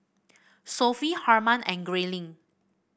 Sophie Harman and Grayling